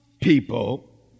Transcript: people